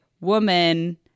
woman